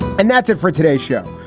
and that's it for today show,